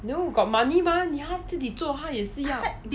no got money because you have to 自己做你还是要